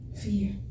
Fear